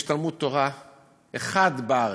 יש תלמוד-תורה אחד בארץ,